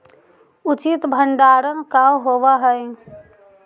उचित भंडारण का होव हइ?